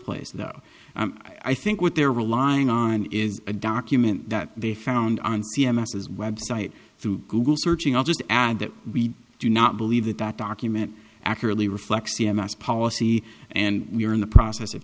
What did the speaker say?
place though i think what they're relying on is a document that they found on c m s his website through google searching i'll just add that we do not believe that that document accurately reflects c m s policy and we're in the process of